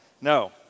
No